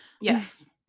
Yes